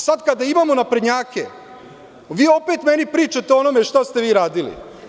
Sada kada imamo naprednjake, vi opet meni pričate o onome šta ste vi radili.